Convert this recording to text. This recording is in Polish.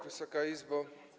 Wysoka Izbo!